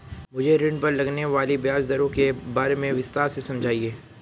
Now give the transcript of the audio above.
मुझे ऋण पर लगने वाली ब्याज दरों के बारे में विस्तार से समझाएं